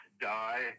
die